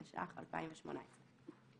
התשע"ח-2018"".